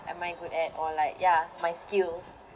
am I good at or like yeah my skills